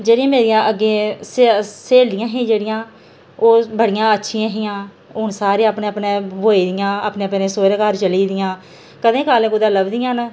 जेह्ड़ियां मेरियां अग्गें सेह् स्हेलियां हियां जेह्ड़ियां ओह् बड़ियां अच्छियां हियां हून सारे अपने अपने ब्योही गेदियां अपनेे अपने सौह्रे घर चली दियां कदें काह्ले कुतै लभदियां न